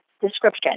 description